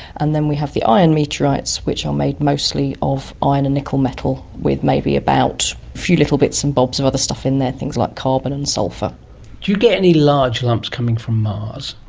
and then we have the iron meteorites which are made mostly of iron and nickel metal with maybe about a few little bits and bobs of other stuff in there, things like carbon and sulphur. do you get any large lumps coming from mars?